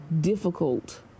difficult